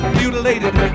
mutilated